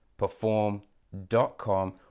perform.com